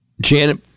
Janet